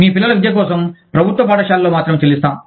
మీ పిల్లల విద్య కోసం ప్రభుత్వ పాఠశాలల్లో మాత్రమే చెల్లిస్తాం